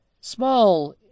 Small